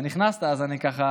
נכנסת, אז אני ככה